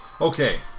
Okay